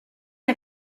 que